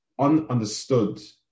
ununderstood